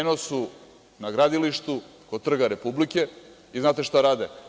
Eno su na gradilištu kod Trga Republike i znate šta rade?